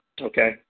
Okay